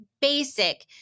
basic